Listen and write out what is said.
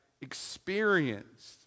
experienced